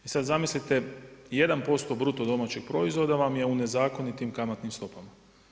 Sad zamislite 1% bruto domaćeg proizvoda vam je u nezakonitim kamatnim stopama.